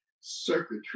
circuitry